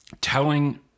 telling